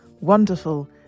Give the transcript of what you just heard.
wonderful